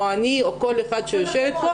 או אני או כל אחת שיושבת פה,